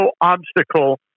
obstacle